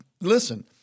Listen